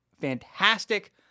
fantastic